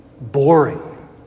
boring